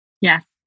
Yes